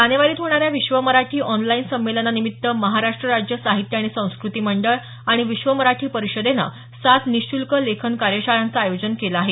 जानेवारीत होणाऱ्या विश्व मराठी ऑनलाइन संमेलनानिमित्त महाराष्ट्र राज्य साहित्य आणि संस्कृती मंडळ आणि विश्व मराठी परिषदेनं सात निःशुल्क लेखन कार्यशाळांचं आयोजन केलं आहे